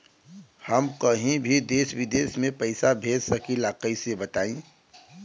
हम कहीं भी देश विदेश में पैसा भेज सकीला कईसे बताई?